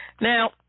Now